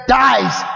dies